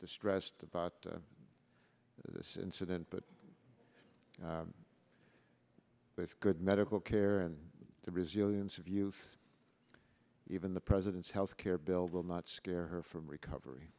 distressed about this incident but with good medical care and the resilience of youth even the president's health care bill will not scare her from recovery